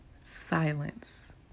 Silence